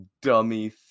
Dummy